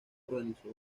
organizó